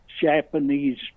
japanese